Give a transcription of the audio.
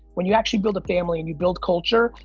when you actually build a family and you build culture,